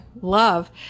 love